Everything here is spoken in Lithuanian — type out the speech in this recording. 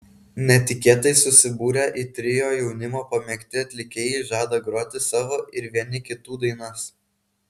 netikėtai susibūrę į trio jaunimo pamėgti atlikėjai žada groti savo ir vieni kitų dainas